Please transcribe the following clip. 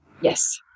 Yes